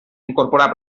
incorporar